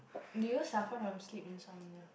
do you suffer from sleep insomnia